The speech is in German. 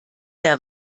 der